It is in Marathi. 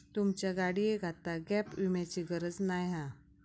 तुमच्या गाडियेक आता गॅप विम्याची गरज नाय हा